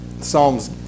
Psalms